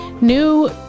new